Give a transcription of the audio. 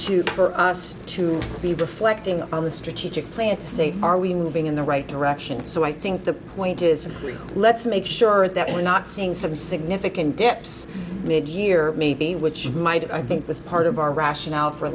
to for us to be reflecting on the strategic plan to say are we moving in the right direction so i think the point is let's make sure that we're not seeing some significant depp's mid year maybe which might i think was part of our rationale for